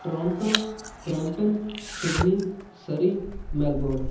Toronto Brampton Sydney Surrey Melbourne